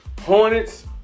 Hornets